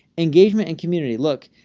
engagement and community. look,